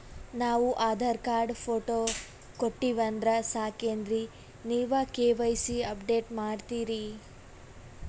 ನಾವು Aadhaar card, photo ಕೊಟ್ಟೀವಂದ್ರ ಸಾಕೇನ್ರಿ ನೀವ ಕೆ.ವೈ.ಸಿ ಅಪಡೇಟ ಮಾಡ್ತೀರಿ?